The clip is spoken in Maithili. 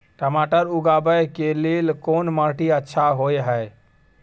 टमाटर उगाबै के लेल कोन माटी अच्छा होय है?